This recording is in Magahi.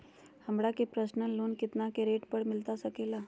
हमरा के पर्सनल लोन कितना के रेट पर मिलता सके ला?